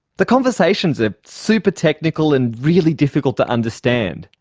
the conversations are super technical and really difficult to understand,